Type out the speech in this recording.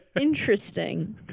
Interesting